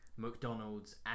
McDonald's